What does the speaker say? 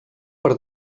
per